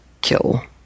kill